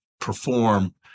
perform